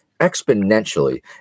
exponentially